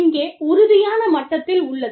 இங்கே உறுதியான மட்டத்தில் உள்ளது